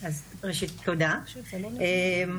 אז אני רוצה לומר באופן ברור: אין פרופורציה פה,